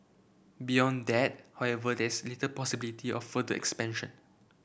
beyond that however there's little possibility of further expansion